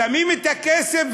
שמים את הכסף,